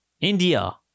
India